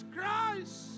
Christ